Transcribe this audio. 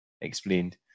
Explained